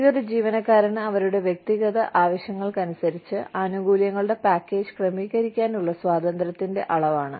ഇത് ഒരു ജീവനക്കാരന് അവരുടെ വ്യക്തിഗത ആവശ്യങ്ങൾക്കനുസരിച്ച് ആനുകൂല്യങ്ങളുടെ പാക്കേജ് ക്രമീകരിക്കാനുള്ള സ്വാതന്ത്ര്യത്തിന്റെ അളവാണ്